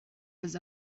was